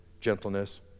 gentleness